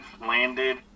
landed